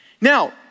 Now